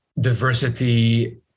diversity